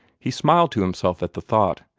he smiled to himself at the thought,